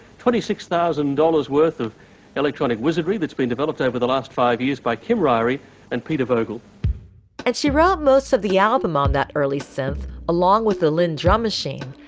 twenty six thousand dollars worth of electronic wizardry that's been developed over the last five years by camaraderie and peter vogel and she wrote most of the album on um that early synth along with the lynn drum machine.